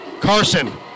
Carson